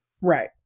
Right